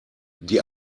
die